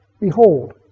Behold